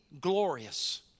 glorious